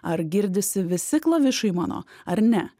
ar girdisi visi klavišai mano ar ne